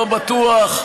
לא בטוח,